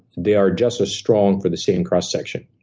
they are just as strong for the same cross section.